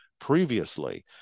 previously